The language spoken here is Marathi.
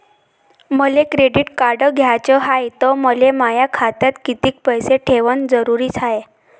मले क्रेडिट कार्ड घ्याचं हाय, त मले माया खात्यात कितीक पैसे ठेवणं जरुरीच हाय?